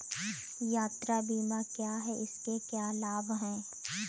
यात्रा बीमा क्या है इसके क्या लाभ हैं?